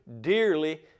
dearly